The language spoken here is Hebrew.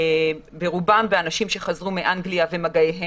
רובן באנשים שחזרו מאנגליה ומגעיהם.